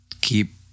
keep